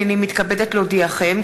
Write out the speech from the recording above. הנני מתכבדת להודיעכם,